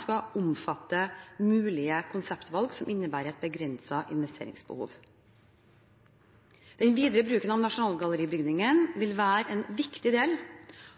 skal omfatte mulige konseptvalg som innebærer et begrenset investeringsbehov. Den videre bruken av Nasjonalgalleri-bygningen vil være en viktig del